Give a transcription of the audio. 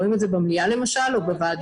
ורואים את זה במליאה למשל או בוועדות,